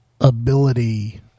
ability